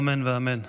אמן ואמן.